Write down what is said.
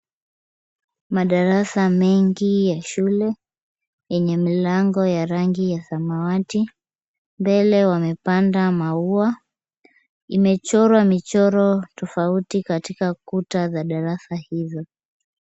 Madarasa mengi ya shule yenye milango ya rangi ya samawati. Mbele wamepanda maua. Imechorwa michoro tofauti katika kuta za darasa hizo.